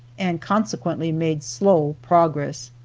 and consequently made slow progress.